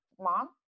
mom